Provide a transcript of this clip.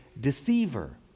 deceiver